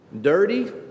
dirty